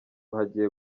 hagiye